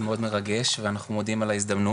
זה מאוד מרגש, ואנחנו מודים על ההזדמנות.